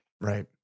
Right